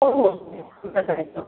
हो हो